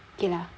okay lah